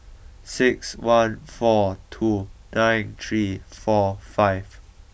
six one four two nine three four five